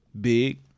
big